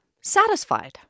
satisfied